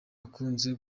akunze